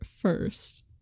first